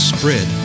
Spread